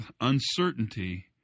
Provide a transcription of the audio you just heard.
uncertainty